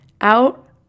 out